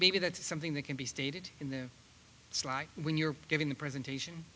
maybe that's something that can be stated in the slide when you're giving the presentation